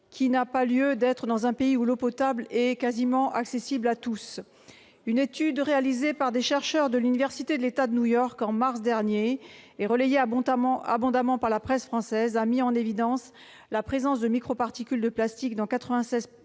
inutile pour la santé, dans un pays où l'eau potable est presque accessible à tous. Une étude réalisée par des chercheurs de l'université de l'État de New York en mars dernier, et abondamment relayée par la presse française, a mis en évidence la présence de microparticules de plastique dans 93